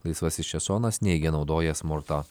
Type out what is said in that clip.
laisvasis česonas neigia naudojęs smurtą